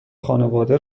خانواده